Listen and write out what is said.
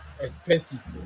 expensive